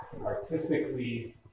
Artistically